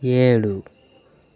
ఏడు